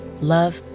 love